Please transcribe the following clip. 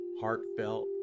heartfelt